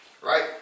right